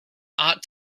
art